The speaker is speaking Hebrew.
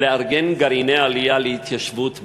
לארגן גרעיני עלייה להתיישבות בארץ.